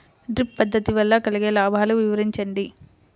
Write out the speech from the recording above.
Drip పద్దతి వల్ల కలిగే లాభాలు వివరించండి?